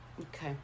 Okay